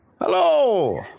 Hello